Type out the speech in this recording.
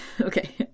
okay